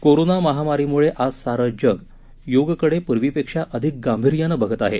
corona महामारीमुळे आज सारं जग योगाकडे पूर्वीपेक्षा अधिक गांभिर्यानं बघत आहे